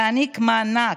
להעניק מענק,